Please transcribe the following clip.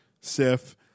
Sif